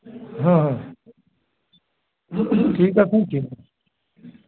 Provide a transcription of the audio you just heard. हा ठीकु आहे साईं ठीकु आहे